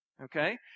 Okay